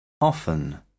Often